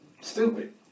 stupid